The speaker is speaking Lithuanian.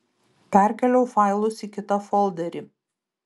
perkėliau failus į kitą folderį